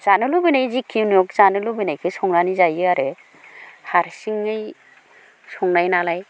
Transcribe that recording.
जानो लुबैनाय जिखिनहख जानो लुबैनायखौ संनानै जायो आरो हारसिंयै संनाय नालाय